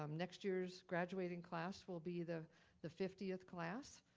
um next year's graduating class will be the the fiftieth class.